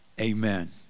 Amen